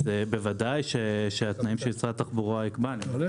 ודאי שהתנאים שמשרד התחבורה יקבע הם